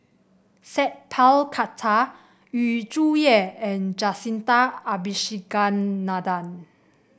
Sat Pal Khattar Yu Zhuye and Jacintha Abisheganaden